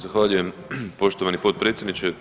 Zahvaljujem poštovani potpredsjedniče.